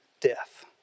death